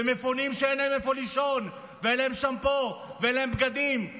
ומפונים שאין להם איפה לישון ואין להם שמפו ואין להם בגדים.